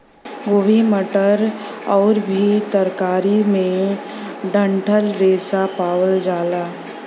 गोभी मटर आउर भी तरकारी में डंठल रेशा पावल जाला